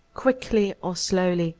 quickly or slowly.